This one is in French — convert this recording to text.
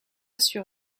sur